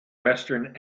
western